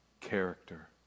character